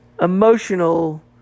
emotional